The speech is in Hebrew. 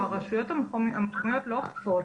הרשויות המקומיות לא אוכפות.